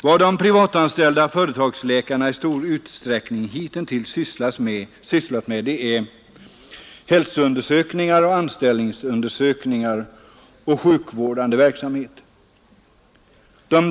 Vad de privatanställda företagsläkarna i stor utsträckning hitintills sysslat med är hälsoundersökningar och anställningsundersökningar samt sjukvårdande verksamhet.